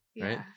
Right